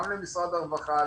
גם למשרד הרווחה,